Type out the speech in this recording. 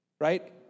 right